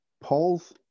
Paul's